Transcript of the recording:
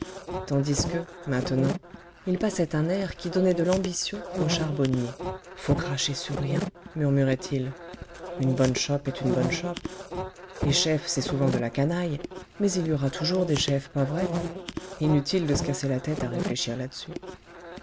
tandis que maintenant il passait un air qui donnait de l'ambition aux charbonniers faut cracher sur rien murmurait-il une bonne chope est une bonne chope les chefs c'est souvent de la canaille mais il y aura toujours des chefs pas vrai inutile de se casser la tête à réfléchir là-dessus